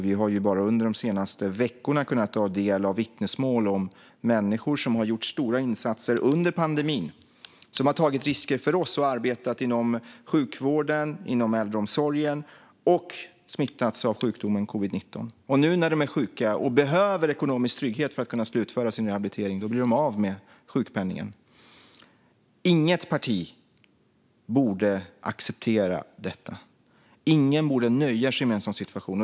Vi har bara under de senaste veckorna kunnat ta del av vittnesmål om människor som har gjort stora insatser under pandemin, som har tagit risker för oss och som har arbetat inom sjukvården och äldreomsorgen och smittats av sjukdomen covid-19. Nu när de är sjuka och behöver ekonomisk trygghet för att slutföra sin rehabilitering blir de av med sjukpenningen. Inget parti borde acceptera detta. Ingen borde nöja sig med en sådan situation.